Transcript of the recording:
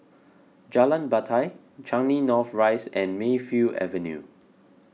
Jalan Batai Changi North Rise and Mayfield Avenue